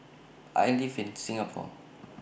I live in Singapore